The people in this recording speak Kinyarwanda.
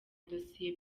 dosiye